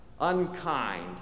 unkind